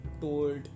Told